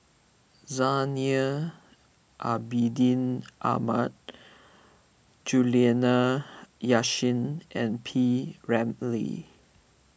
Zainal Abidin Ahmad Juliana Yasin and P Ramlee